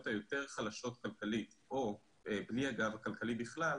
היותר חלשות כלכלית או בלי הגב הכלכלי בכלל,